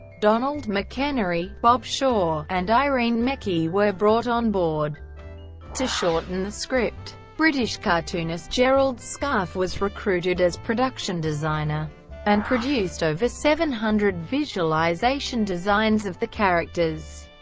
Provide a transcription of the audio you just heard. donald mcenery, bob shaw, and irene mecchi were brought on board to shorten the script. british cartoonist gerald scarfe was recruited as production designer and produced over seven hundred visualization designs of the characters.